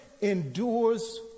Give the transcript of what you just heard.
endures